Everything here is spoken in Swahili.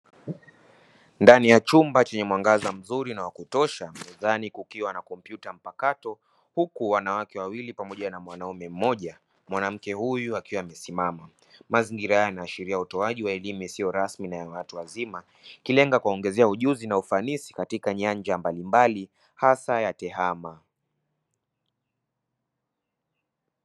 Ndani ya chumba chenye mwangaza wa kutosha ndani kukiwa na kompyuta mpakato huku wanawake wawili pamoja na mwaume mmoja mwanamke huyu akiwa amesimama, Mazingira haya yanaashiria utoaji wa elimu isiyo rasmi na yawatu wazima ikilenga kuwaongezea ujuzi na ufanisi katika nyanja mbalimbali hasa ya tehama.